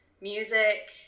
music